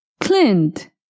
Clint